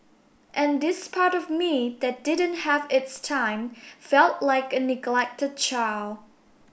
and this part of me that didn't have its time felt like a neglected child